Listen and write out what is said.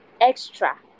extra